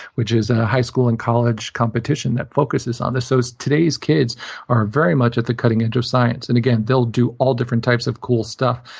which is a high school and college competition that focuses on this. so so today's kids are very much at the cutting edge of science. and again, they'll do all different types of cool stuff.